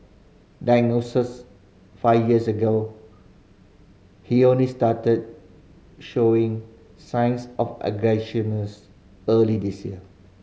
diagnoses five years ago he only started showing signs of early this year